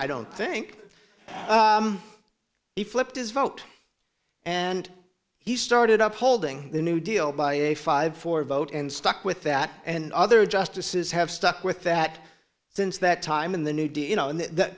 i don't think he flipped his vote and he started up holding the new deal by a five four vote and stuck with that and other justices have stuck with that since that time in the new deal you know